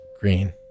Green